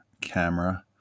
camera